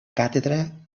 càtedra